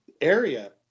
area